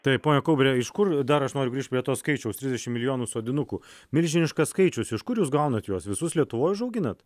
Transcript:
taip pone kaubre iš kur dar aš noriu grįšt prie to skaičiaus trisdešimt milijonų sodinukų milžiniškas skaičius iš kur jūs gaunat juos visus lietuvoj užauginat